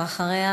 ואחריה,